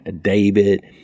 David